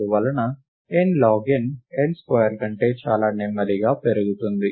అందువలన n log n n square కంటే చాలా నెమ్మదిగా పెరుగుతుంది